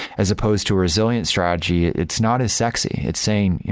as supposed to resilient strategy, it's not as sexy. it's saying,